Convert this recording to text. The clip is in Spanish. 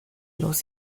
los